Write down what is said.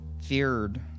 feared